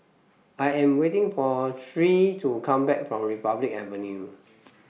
I Am waiting For Nyree to Come Back from Republic Avenue